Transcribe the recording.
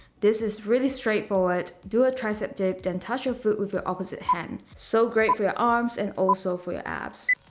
this is really straight forward, do a tricep dip then touch your foot with your opposite hand. so great for your arms and also for your abs.